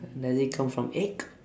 does it come from egg